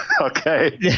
Okay